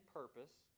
purpose